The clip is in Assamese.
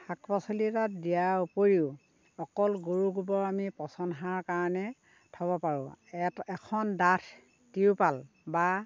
শাক পাচলি তাত দিয়াৰ উপৰিও অকল গৰুৰ গোবৰ আমি পচন সাৰৰ কাৰণে থ'ব পাৰোঁ এখন ডাঠ তিৰপাল বা